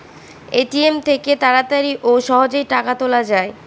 ATM থেকে তাড়াতাড়ি ও সহজেই টাকা তোলা যায়